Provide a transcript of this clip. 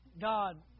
God